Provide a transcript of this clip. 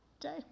day